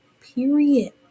Period